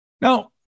Now